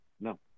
No